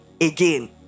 again